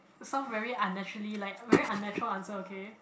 some very unnaturally like very unnatural answer okay